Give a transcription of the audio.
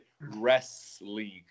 wrestling